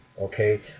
Okay